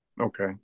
Okay